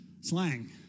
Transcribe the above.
Slang